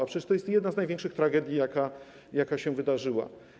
A przecież to jest jedna z największych tragedii, jakie się wydarzyły.